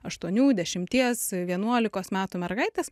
aštuonių dešimties vienuolikos metų mergaitės